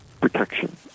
protection